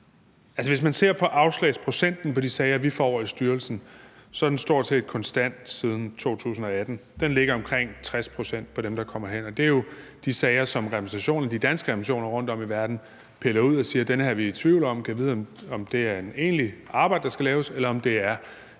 Hvis man ser på afslagsprocenten i de sager, vi får i styrelsen, har den stort set været konstant siden 2018: Den ligger på omkring 60 pct. for dem, der kommer her. Og det er jo de sager, som de danske repræsentationer rundtom i verden piller ud, og hvor de siger: Den her er vi i tvivl om; gad vide, om det er egentligt arbejde, der skal laves, eller om det er